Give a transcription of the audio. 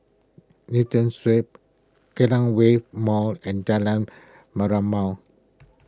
Newton Suites Kallang Wave Mall and Jalan Merlimau